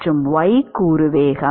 மற்றும் y கூறு வேகம்